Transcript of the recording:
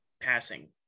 passing